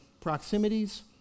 proximities